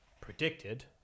predicted